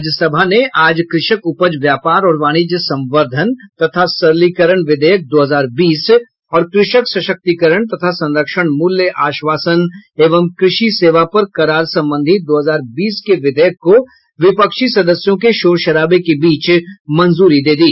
राज्य सभा ने आज कृषक उपज व्यापार और वाणिज्य संवर्धन तथा सरलीकरण विधेयक दो हजार बीस और कृषक सशक्तीकरण तथा संरक्षण मूल्य आश्वासन एवं कृषि सेवा पर करार संबंधी दो हजार बीस के विधेयक को विपक्षी सदस्यों के शोर शराबे के बीच मंजूरी दे दी